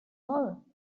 all